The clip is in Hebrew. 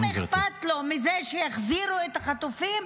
האם אכפת לו מזה שיחזירו את החטופים?